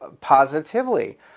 positively